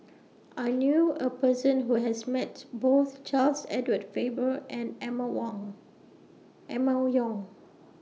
I knew A Person Who has Met Both Charles Edward Faber and Emma Wang Emma Yong